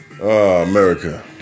America